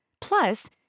Plus